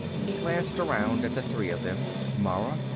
he glanced around at the three of them, mara,